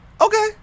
Okay